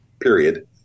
period